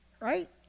right